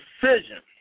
decision